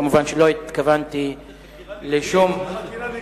כמובן, לא התכוונתי לשום, מה זה, חקירה נגדית?